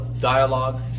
dialogue